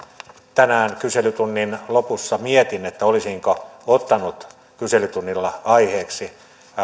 tänään kyselytunnin lopussa mietin olisinko ottanut kyselytunnilla aiheeksi